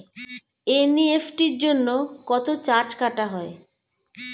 NEFT জন্য কত charge কাটা হয়?